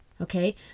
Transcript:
Okay